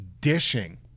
dishing